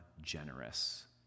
generous